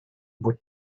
would